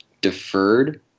deferred